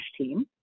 team